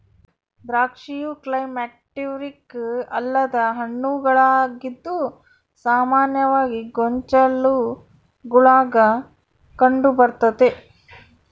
ದ್ರಾಕ್ಷಿಯು ಕ್ಲೈಮ್ಯಾಕ್ಟೀರಿಕ್ ಅಲ್ಲದ ಹಣ್ಣುಗಳಾಗಿದ್ದು ಸಾಮಾನ್ಯವಾಗಿ ಗೊಂಚಲುಗುಳಾಗ ಕಂಡುಬರ್ತತೆ